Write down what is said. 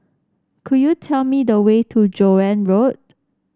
could you tell me the way to Joan Road